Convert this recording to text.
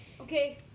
Okay